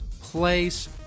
place